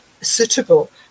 suitable